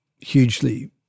hugely